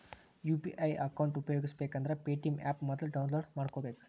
UPI account ಉಪಯೋಗಿಸಬೇಕಂದ್ರ Paytm app ಮೊದ್ಲ download ಮಾಡ್ಕೋಬೇಕು